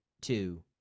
two